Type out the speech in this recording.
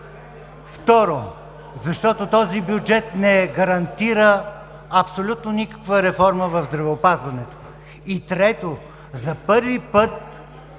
Второ, защото този бюджет не гарантира абсолютно никаква реформа в здравеопазването. Трето, за първи път